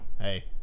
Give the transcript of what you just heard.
hey